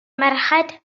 merched